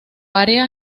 área